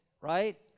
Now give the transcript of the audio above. right